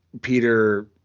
Peter